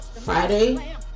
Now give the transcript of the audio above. Friday